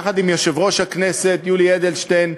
יחד עם יושב-ראש הכנסת יולי אדלשטיין,